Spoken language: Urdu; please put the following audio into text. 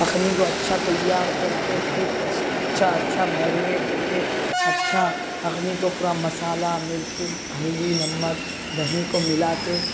اخنی کو اچھا تیار کر کے پھر اچھا اچھا اچھا میرینیٹ کر کے اچھا اخنی کو پورا مصالحہ مرچی ہلدی نمک دہی کو ملا کے